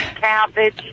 cabbage